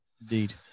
Indeed